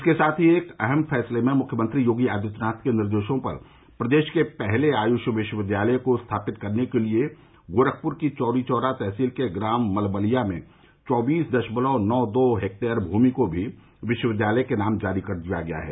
इसके साथ ही एक अहम फैसले में मुख्यमंत्री योगी आदित्यनाथ के निर्देशो पर प्रदेश के पहले आयुष विश्वविद्यालय को स्थापित करने के लिये गोरखपुर की तहसील चौरी चौरा के ग्राम मलमलिया में चौबीस दशमलव दो नौ हेक्टेयर भूमि को भी विश्वविद्यालय के नाम जारी कर दिया गया है